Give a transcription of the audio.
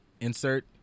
insert